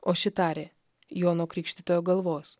o ši tarė jono krikštytojo galvos